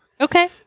Okay